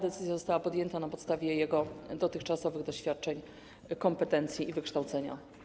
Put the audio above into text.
Decyzja została podjęta na podstawie jego dotychczasowych doświadczeń, kompetencji i wykształcenia.